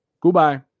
Goodbye